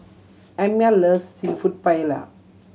Amya loves Seafood Paella